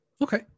Okay